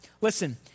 Listen